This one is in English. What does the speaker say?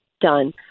done